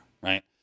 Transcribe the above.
right